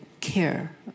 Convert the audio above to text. care